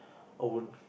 I won't